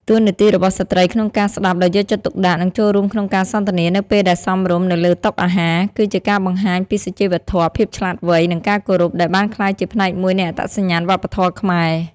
តួនាទីរបស់ស្ត្រីក្នុងការស្តាប់ដោយយកចិត្តទុកដាក់ និងចូលរួមក្នុងការសន្ទនា នៅពេលដែលសមរម្យ នៅលើតុអាហារ គឺជាការបង្ហាញពី សុជីវធម៌ ភាពឆ្លាតវៃ និងការគោរព ដែលបានក្លាយជាផ្នែកមួយនៃអត្តសញ្ញាណវប្បធម៌ខ្មែរ។